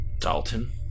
Dalton